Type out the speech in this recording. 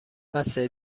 بسه